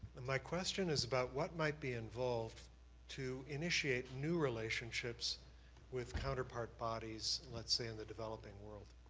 my question is about what might be involved to initiate new relationships with counterpart bodies, let's say in the developing world?